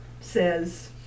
says